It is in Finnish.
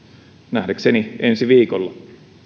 nähdäkseni ensi viikolla